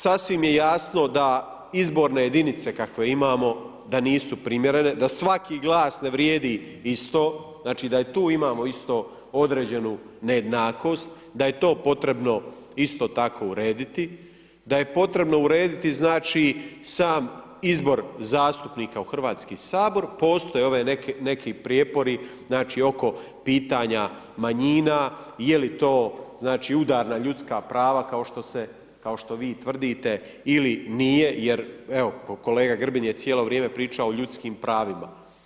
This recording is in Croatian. Drugo, sasvim je jasno da izborne jedinice kakve imamo da nisu primjerene, da svaki glas ne vrijedi isto, znači da i tu imamo isto određenu nejednakost, da je to potrebno isto tako urediti, da je potrebno urediti sam izbor zastupnika u Hrvatski sabor, postoje ovi neki prijepori oko pitanja manjina, je li to udar na ljudska prava kao što vi tvrdite ili nije jer evo, kolega Grbin je cijelo vrijeme prišao o ljudskim pravima.